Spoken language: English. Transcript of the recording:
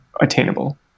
attainable